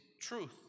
truth